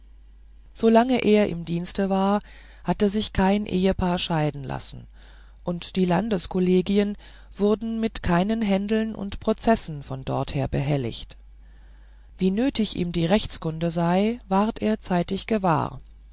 solange er im dienste war hatte sich kein ehepaar scheiden lassen und die landeskollegien wurden mit keinen händeln und prozessen von dorther behelliget wie nötig ihm die rechtskunde sei ward er zeitig gewahr